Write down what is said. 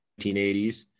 1980s